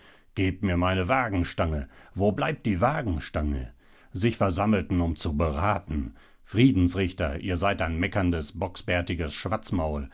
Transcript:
gebt mir meine wagenstange wo bleibt die wagenstange sich versammelten um zu beraten friedensrichter ihr seid ein meckerndes bocksbärtiges schwatzmaul